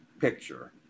picture